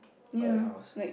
like house